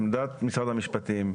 עמדת משרד המשפטים,